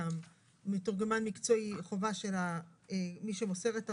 שם היא חובה של מי שמוסר את ההודעה,